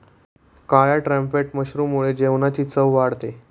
काळ्या ट्रम्पेट मशरूममुळे जेवणाची चव वाढते